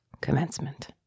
commencement